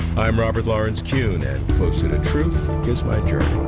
i'm robert lawrence kuhn, and closer to truth is my journey.